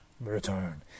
Return